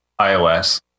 iOS